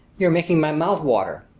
you're making my mouth water!